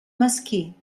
mesquí